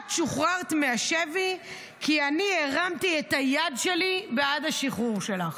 את שוחררת מהשבי כי אני הרמתי את היד שלי בעד השחרור שלך.